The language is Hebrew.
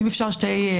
אם אפשר, שתי הערות.